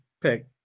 pick